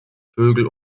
vögel